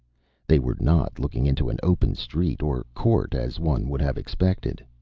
they were not looking into an open street or court as one would have expected.